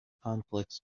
conflicts